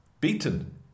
beaten